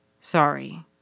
Sorry